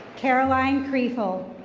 caroline kreeful